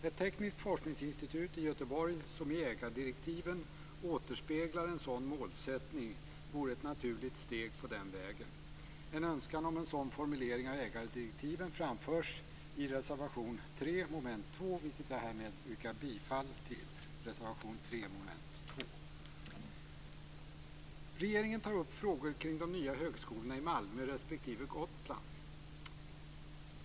Ett tekniskt forskningsinstitut i Göteborg, som i ägardirektiven återspeglar en sådan målsättning, vore ett naturligt steg på den vägen. En önskan om en sådan formulering av ägardirektiven framförs i reservation 3 under mom. 2, vilken jag härmed yrkar bifall till. Regeringen tar upp frågor kring de nya högskolorna i Malmö respektive på Gotland.